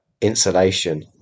insulation